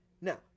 Now